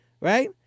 Right